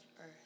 earth